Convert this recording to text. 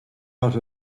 out